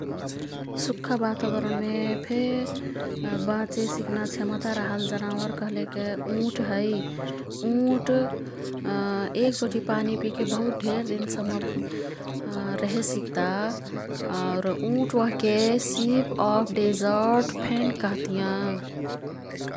सुख्खा वातावरणमेफे बाँचेसिक्ना क्षमता रहल जनावर कह्लेक उँट है। उँट एकचोटी पानीपिके बहुत ढेर दिन सम्म रेहे सिक्ता। आउर उँट ओह्के "सिप अफ डेजर्ड"फेन कह्तियाँ।